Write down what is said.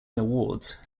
awards